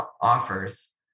offers